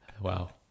Wow